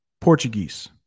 Portuguese